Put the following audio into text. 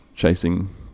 chasing